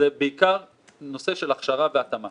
צריכים להיכנס בתיאום הזה בין הרצון וההתאמה וההבנה